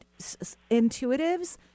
Intuitives